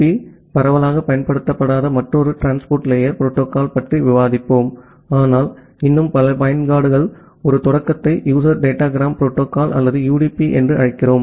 B பரவலாகப் பயன்படுத்தப்படாத மற்றொரு டிரான்ஸ்போர்ட் லேயர் புரோட்டோகால் பற்றி விவாதிப்போம் ஆனால் இன்னும் பல பயன்பாடுகள் ஒரு தொடக்கத்தை யூசர் டேட்டாகிராம்புரோட்டோகால் அல்லது யுடிபி என்று அழைக்கிறோம்